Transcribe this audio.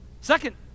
Second